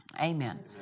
Amen